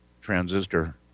transistor